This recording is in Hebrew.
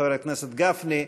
חבר הכנסת גפני,